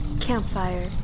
Campfire